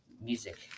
music